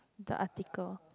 the article